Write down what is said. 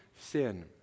sin